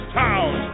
town